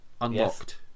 Unlocked